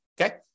okay